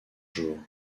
jours